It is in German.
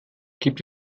gibt